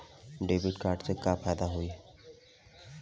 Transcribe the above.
Debit card से का फायदा होई?